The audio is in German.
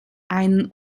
einen